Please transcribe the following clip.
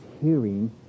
hearing